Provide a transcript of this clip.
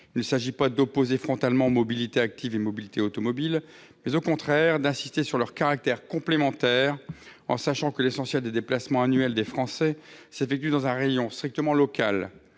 Il s'agit non pas d'opposer frontalement mobilité active et mobilité automobile, mais au contraire d'insister sur leur caractère complémentaire, en sachant que l'essentiel des déplacements annuels des Français s'effectue dans un rayon strictement local.